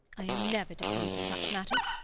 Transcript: i am never deceived in such matters.